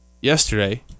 yesterday